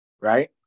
right